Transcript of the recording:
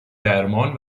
درمان